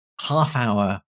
half-hour